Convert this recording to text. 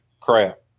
crap